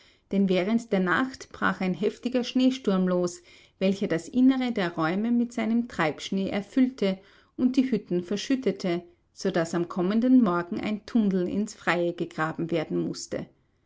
denn während der nacht brach ein heftiger schneesturm los welcher das innere der räume mit seinem triebschnee erfüllte und die hütten verschüttete so daß am kommenden morgen ein tunnel ins freie gegraben werden mußte